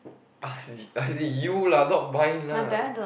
as in you lah not mine lah